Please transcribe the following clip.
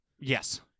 Yes